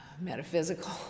metaphysical